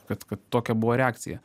kad kad tokia buvo reakcija